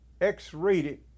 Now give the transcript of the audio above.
X-rated